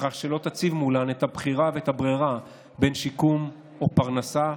בכך שלא תציב מולן את הבחירה ואת הברירה בין שיקום או פרנסה,